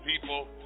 people